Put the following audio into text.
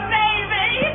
baby